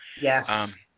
Yes